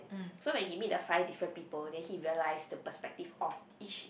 so when he meet the five different people then he realise the perspective of each